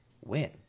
win